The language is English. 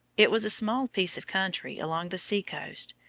it was a small piece of country along the sea-coast,